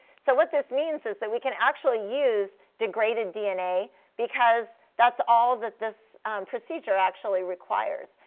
so what this means is that we can actually use degraded dna because that's all that this procedure actually requires.